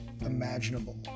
imaginable